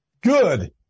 Good